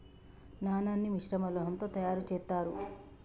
నాణాన్ని మిశ్రమ లోహంతో తయారు చేత్తారు